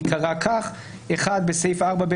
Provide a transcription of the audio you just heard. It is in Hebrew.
ייקרא כך: בסעיף (ב),